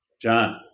John